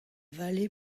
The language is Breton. vale